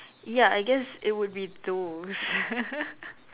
ya I guess it would be those